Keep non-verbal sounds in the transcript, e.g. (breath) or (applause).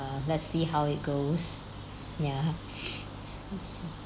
uh let's see how it goes ya (breath) so so